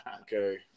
Okay